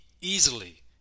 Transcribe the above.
easily